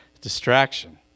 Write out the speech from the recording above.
Distraction